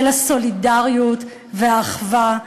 של הסולידריות והאחווה,